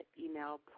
email